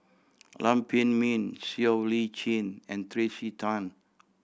Lam Pin Min Siow Lee Chin and Tracey Tan